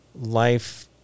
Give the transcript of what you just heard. life